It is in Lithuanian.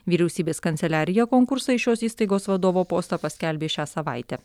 vyriausybės kanceliarija konkursą į šios įstaigos vadovo postą paskelbė šią savaitę